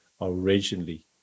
originally